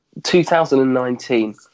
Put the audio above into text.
2019